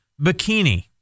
bikini